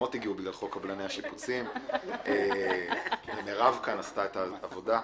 מרב עשתה את העבודה.